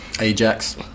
Ajax